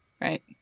right